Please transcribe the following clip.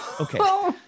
Okay